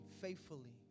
faithfully